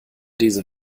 diese